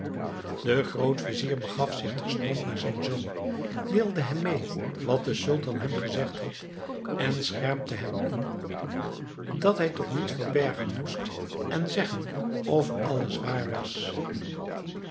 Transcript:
de grootvizier begaf zich terstond naar zijn zoon deelde hem mee wat de sultan hem gezegd had en scherpte hem in dat hij toch niets verbergen moest en zeggen of alles waar was